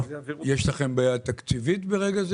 יש לכם בעיה תקציבית ברגע זה?